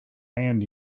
land